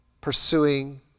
pursuing